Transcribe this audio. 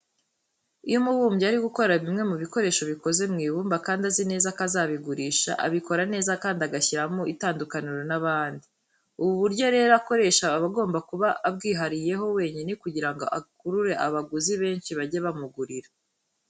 Iyo umubumbyi ari gukora bimwe mu bikoresho bikoze mu ibumba kandi azi neza ko azabigurisha, abikora neza kandi agashyiramo itandukaniro n'abandi. Ubu buryo rero akoresha aba agomba kuba abwihariyeho wenyine kugira ngo akurure abaguzi benshi bajye bamugurira.